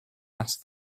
asked